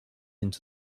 into